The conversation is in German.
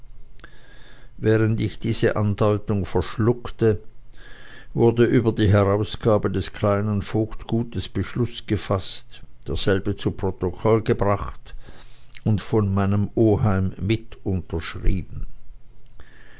während ich diese andeutung verschluckte wurde über die herausgabe des kleinen vogtgutes beschluß gefaßt derselbe zu protokoll gebracht und von meinem oheim mit unterschrieben